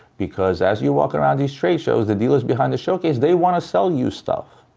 because as you walk around these trade shows, the dealers behind the showcase, they want to sell you stuff,